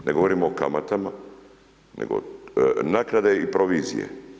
Ne govorim o kamatama nego naknade i provizije.